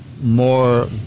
More